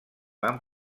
van